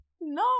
no